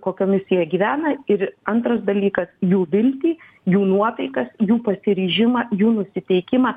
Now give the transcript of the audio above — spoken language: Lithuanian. kokiomis jie gyvena ir antras dalykas jų viltį jų nuotaikas jų pasiryžimą jų nusiteikimą